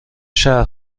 شهر